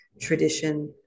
tradition